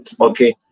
Okay